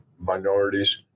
minorities